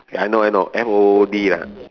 ya I know I know M O O D lah